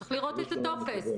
צריך לראות את הטופס.